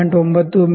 9 ಮಿ